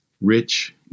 rich